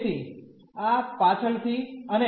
તેથી આ પાછળથી અને